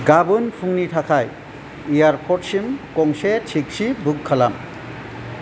गाबोन फुंनि थाखाय एयारपर्टसिम गंसे टेक्सि बुक खालाम